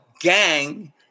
gang